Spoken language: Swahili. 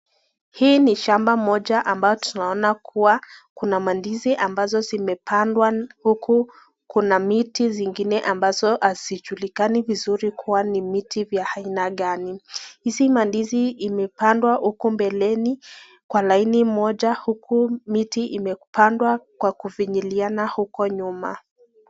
Hii ni shamba moja ambayo tunaona kuwa kuna mandizi ambazo zimepandwa uku kuna miti zingine ambazo hazijulikani vizuri kuwa ni miti vya aina gani. Hizi mandizi imepandwa uku mbeleni kwa laini moja uku miti imepandwa kwa kufinyiliana uko nyuma.